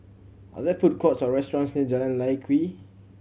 are there food courts or restaurants near Jalan Lye Kwee